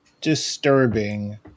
disturbing